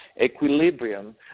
equilibrium